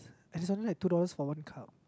and it's only like two dollars for one cup